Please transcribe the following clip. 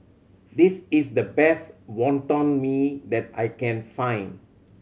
this is the best Wonton Mee that I can find